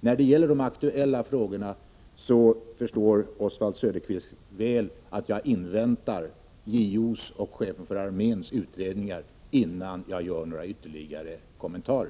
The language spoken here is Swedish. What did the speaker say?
När det gäller de aktuella frågorna förstår Oswald Söderqvist väl att jag inväntar JO:s och chefens för armén utredningar innan jag gör ytterligare kommentarer.